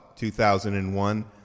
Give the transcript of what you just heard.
2001